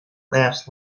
laughs